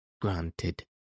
granted